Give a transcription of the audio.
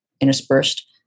interspersed